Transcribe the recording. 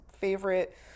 favorite